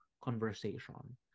conversation